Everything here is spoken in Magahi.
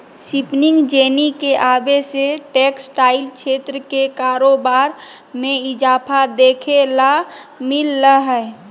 स्पिनिंग जेनी के आवे से टेक्सटाइल क्षेत्र के कारोबार मे इजाफा देखे ल मिल लय हें